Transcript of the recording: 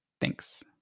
Thanks